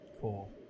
Cool